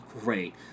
great